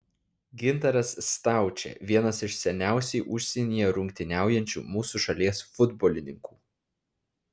gintaras staučė vienas iš seniausiai užsienyje rungtyniaujančių mūsų šalies futbolininkų